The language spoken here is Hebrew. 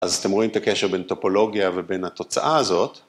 ‫אז אתם רואים את הקשר ‫בין טופולוגיה ובין התוצאה הזאת.